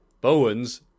Bowens